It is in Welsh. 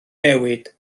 newid